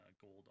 gold